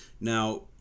Now